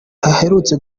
aherutse